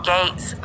Gates